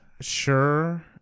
Sure